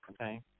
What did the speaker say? Okay